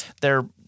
they're-